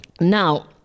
Now